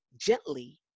gently